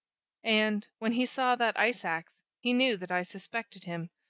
and when he saw that ice-ax, he knew that i suspected him,